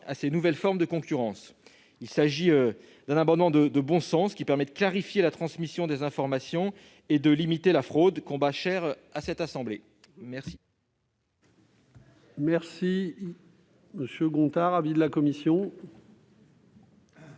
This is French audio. à ces nouvelles formes de concurrence. Il s'agit d'un amendement de bon sens, qui permet de clarifier la transmission des informations et de limiter la fraude, combat cher à notre Haute Assemblée. Très